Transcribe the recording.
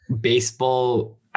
baseball